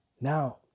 Now